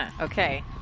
Okay